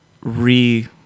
re